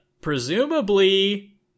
presumably